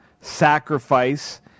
sacrifice